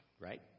Right